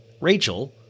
Rachel